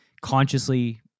consciously